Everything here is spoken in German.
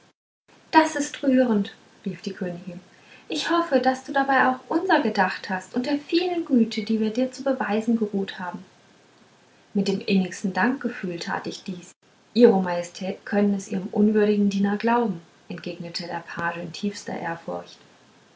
das ist rührend rief die königin ich hoffe daß du auch dabei unser gedacht hast und der vielen güte die wir dir zu beweisen geruht haben mit dem innigsten dankgefühle tat ich dies ihro majestät können es ihrem unwürdigen diener glauben entgegnete der page in tiefster ehrfurcht